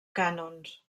cànons